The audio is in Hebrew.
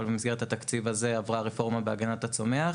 אבל במסגרת התקציב הזה עברה הרפורמה בהגנת הצומח,